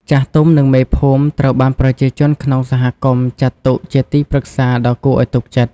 ចាស់ទុំ និងមេភូមិត្រូវបានប្រជាជនក្នុងសហគមន៍ចាត់ទុកជាទីប្រឹក្សាដ៏គួរឲ្យទុកចិត្ត។